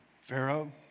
Pharaoh